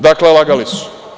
Dakle, lagali su.